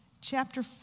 chapter